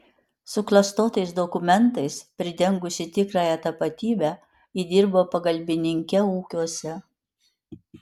suklastotais dokumentais pridengusi tikrąją tapatybę ji dirbo pagalbininke ūkiuose